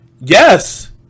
Yes